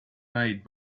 made